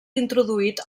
introduït